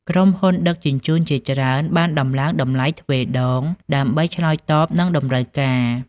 ក្រុមហ៊ុនដឹកជញ្ជូនជាច្រើនបានដំឡើងតម្លៃទ្វេដង ដើម្បីឆ្លើយតបនឹងតម្រូវការ។